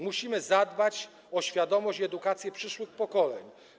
Musimy zadbać o świadomość i edukację przyszłych pokoleń.